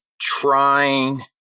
trying